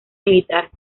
militar